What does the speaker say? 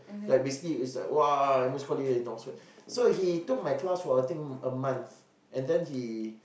like basically is like !wah! I'm a scholar in Oxford so he took my class for I think a month and then he